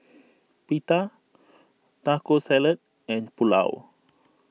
Pita Taco Salad and Pulao